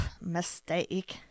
mistake